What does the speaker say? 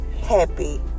happy